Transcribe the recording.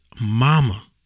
mama